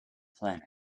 planet